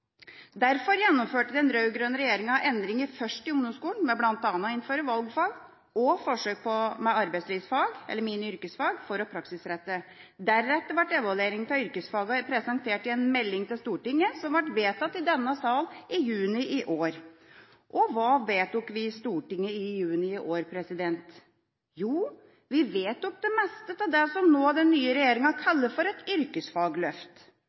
Derfor gjennomførte den rød-grønne regjeringa endringer, først i ungdomsskolen ved bl.a. å innføre valgfag og forsøk med arbeidslivsfag, eller mini-yrkesfag, for å praksisrette undervisningen. Deretter ble evalueringene av yrkesfagene presentert i en melding til Stortinget som ble vedtatt i denne salen i juni i år. Og hva vedtok vi i Stortinget i juni i år? Jo, vi vedtok det meste av det som den nye regjeringa nå kaller for et yrkesfagløft.